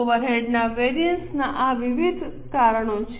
ઓવરહેડના variance ના આ વિવિધ કારણો છે